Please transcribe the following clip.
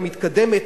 המתקדמת,